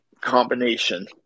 combination